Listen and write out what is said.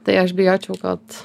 tai aš bijočiau kad